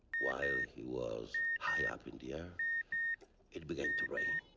while he was high up and yeah it began to rain.